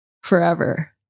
Forever